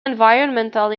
environmental